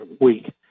week